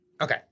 Okay